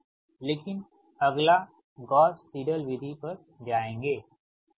तो लेकिन अगला गॉस सिडल विधि पर जाएँगे